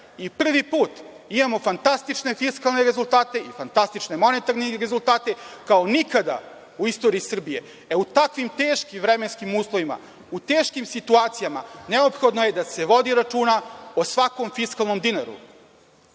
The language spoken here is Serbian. i prvi put imamo fantastične fiskalne rezultate i fantastične monetarne rezultate, kao nikada u istoriji Srbije. E, u takvim teškim vremenskim uslovima, u teškim situacijama, neophodno je da se vodi računa o svakom fiskalnom dinaru.